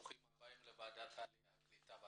ברוכים הבאים לוועדת העלייה הקליטה והתפוצות.